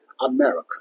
America